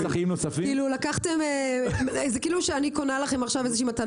--- זה כאילו שאני קונה לכם עכשיו איזו מתנה